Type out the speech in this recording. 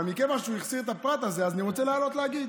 אבל מכיוון שהוא החסיר את הפרט הזה אז אני רוצה לעלות להגיד.